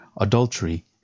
adultery